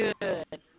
good